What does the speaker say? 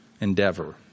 endeavor